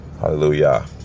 Hallelujah